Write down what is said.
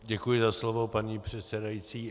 Děkuji za slovo, paní předsedající.